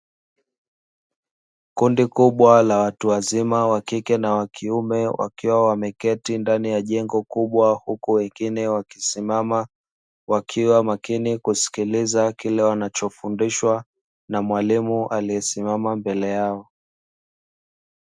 Kundi kubwa la watu wazima wakike na wakiume wakiwa wameketi ndani ya jengo kubwa huku wengine wakisimama, wakiwa makini kusikiliza kile wanachofundishwa na mwalimu aliyesimama mbele yao.